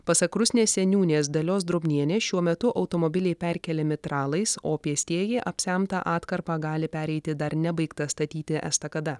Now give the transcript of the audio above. pasak rusnės seniūnės dalios drobnienės šiuo metu automobiliai perkeliami tralais o pėstieji apsemtą atkarpą gali pereiti dar nebaigta statyti estakada